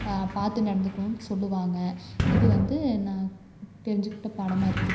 பார்த்து நடந்துக்கணும்னு சொல்வாங்க இது வந்து நான் தெரிஞ்சுக்கிட்ட பாடமாக இருக்கு